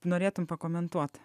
norėtum pakomentuot